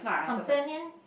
companion